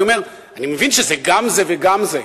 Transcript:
אני אומר: אני מבין שזה גם זה וגם זה,